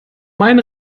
mein